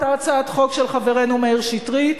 אותה הצעת חוק של חברנו מאיר שטרית.